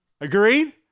Agreed